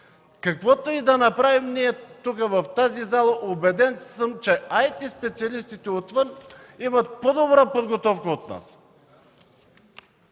Каквото и да направим ние тук в тази зала, убеден съм, че IT-специалистите отвън имат по-добра подготовка от нас.